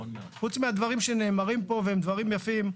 חוץ מהדברים שנאמרים פה והם דברים יפים,